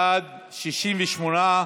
בעד, 68,